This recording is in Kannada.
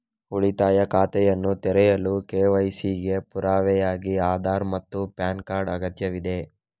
ಉಳಿತಾಯ ಖಾತೆಯನ್ನು ತೆರೆಯಲು ಕೆ.ವೈ.ಸಿ ಗೆ ಪುರಾವೆಯಾಗಿ ಆಧಾರ್ ಮತ್ತು ಪ್ಯಾನ್ ಕಾರ್ಡ್ ಅಗತ್ಯವಿದೆ